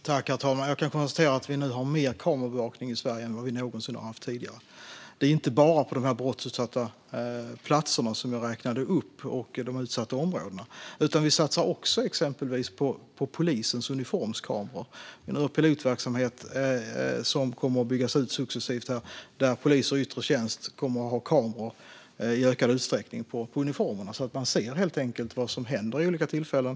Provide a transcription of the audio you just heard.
Herr talman! Jag kan konstatera att vi har mer kameraövervakning i Sverige än vad vi någonsin har haft tidigare. Det gäller inte bara de brottsutsatta platser som jag räknade upp och de utsatta områdena, utan vi satsar också exempelvis på polisens uniformskameror. Det finns en pilotverksamhet som kommer att byggas ut successivt. Poliser i yttre tjänst kommer i ökad utsträckning att ha kameror på uniformerna, så att man helt enkelt ser vad som händer vid olika tillfällen.